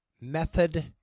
Method